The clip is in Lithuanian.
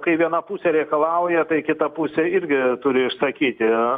kai viena pusė reikalauja tai kita pusė irgi turi išsakyti